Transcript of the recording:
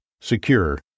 Secure